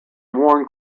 worn